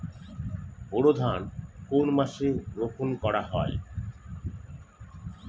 বোরো ধান কোন মাসে রোপণ করা হয়?